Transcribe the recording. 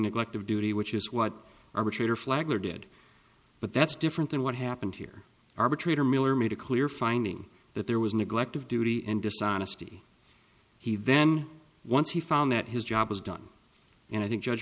neglect of duty which is what arbitrator flagler did but that's different than what happened here arbitrator miller made a clear finding that there was neglect of duty and dishonesty he then once he found that his job was done and i think judge